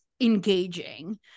engaging